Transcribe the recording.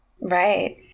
Right